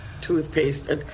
toothpaste